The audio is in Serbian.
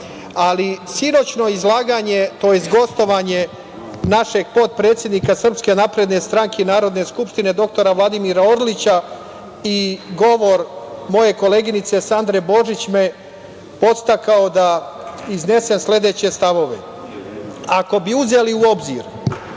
sinoćno izlaganje, tj. gostovanje našeg potpredsednika Srpske napredne stranke i Narodne skupštine, dr Vladimira Orlića, i govor moje koleginice Sandre Božić me podstakao da iznesem sledeće stavove. Ako bi uzeli u obzir